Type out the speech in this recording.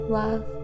love